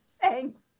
Thanks